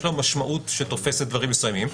יש לו משמעות שתופסת דברים מסוימים,